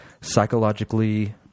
psychologically